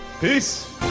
Peace